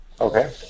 Okay